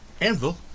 Anvil